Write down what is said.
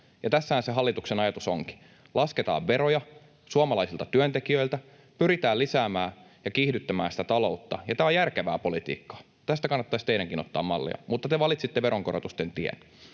Ja tässähän se hallituksen ajatus onkin: lasketaan veroja suomalaisilta työntekijöiltä, pyritään lisäämään ja kiihdyttämään sitä taloutta. Tämä on järkevää politiikkaa. Tästä kannattaisi teidänkin ottaa mallia, mutta te valitsitte veronkorotusten tien.